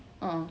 a'ah